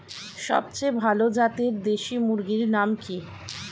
সবচেয়ে ভালো জাতের দেশি মুরগির নাম কি?